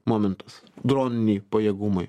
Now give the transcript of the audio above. momentas droniniai pajėgumai